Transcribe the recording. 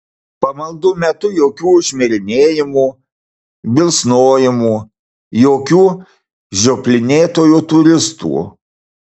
pamaldų metu jokių šmirinėjimų bilsnojimų jokių žioplinėtojų turistų